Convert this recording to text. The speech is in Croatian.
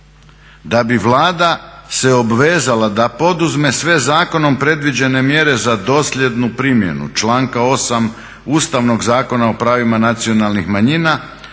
da bi Vlada se obvezala da poduzme sve zakonom predviđene mjere za dosljednu primjenu članka 8.